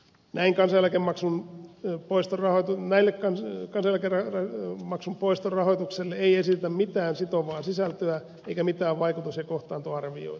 näille kansaneläkemaksun poisto rautummelle kansan selkäranka on maksun poisto poistorahoituksille ei esitetä mitään sitovaa sisältöä eikä mitään vaikutus ja kohtaantoarvioita